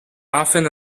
often